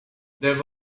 there